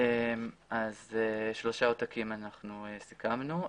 לגבי שלושה עותקים, סיכמנו.